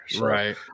Right